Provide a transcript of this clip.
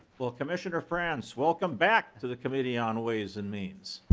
commissioner franz welcome back to the committee on ways and means.